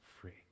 free